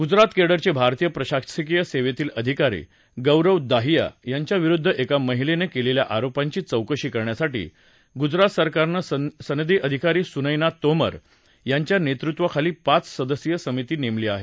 गुजरात केडरचे भारतीय प्रशासकीय सेवेतले अधिकारी गौरव दहिया यांच्याविरुद्ध एका महिलेनं केलेल्या आरोपांची चौकशी करण्यासाठी गुजरात सरकारनं सनदी अधिकारी सुनैना तोमर यांच्या नेतृत्वाखाली पाच सदस्यीय समिती नेमली आहे